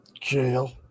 jail